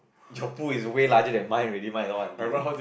your pool is away larger than mine already mine is all aunties eh